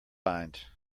lined